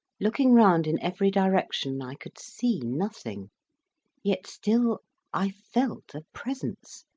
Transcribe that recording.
looking round in every direction i could see nothing yet still i felt a presence,